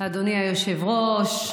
אדוני היושב-ראש,